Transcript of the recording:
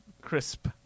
crisp